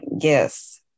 Yes